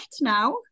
now